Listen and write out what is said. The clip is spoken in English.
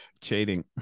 Cheating